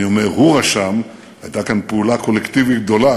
אני אומר "הוא רשם" הייתה כאן פעולה קולקטיבית גדולה,